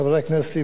חברי הכנסת,